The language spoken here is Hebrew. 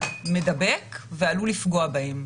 מדבק ועלול לפגוע בהם.